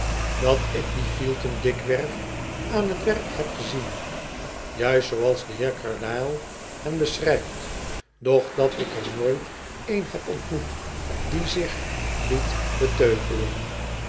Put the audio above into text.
dat ik die fielten dikwerf aan het werk heb gezien juist zooals de heer carlyle hen beschrijft doch dat ik er nooit oon heb ontmoet die zich liet beteugelen